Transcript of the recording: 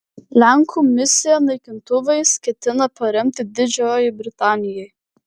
lenkų misiją naikintuvais ketina paremti didžioji britanija